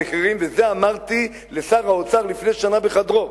המחירים, ואת זה אמרתי לשר האוצר לפני שנה בחדרו.